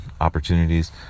opportunities